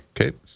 okay